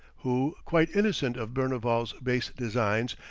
who, quite innocent of berneval's base designs,